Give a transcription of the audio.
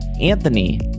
Anthony